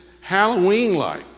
Halloween-like